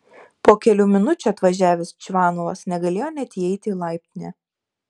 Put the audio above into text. po kelių minučių atvažiavęs čvanovas negalėjo net įeiti į laiptinę